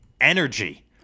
energy